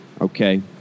okay